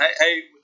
hey